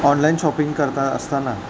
online shopping करत असताना